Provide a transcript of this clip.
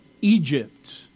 Egypt